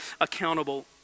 accountable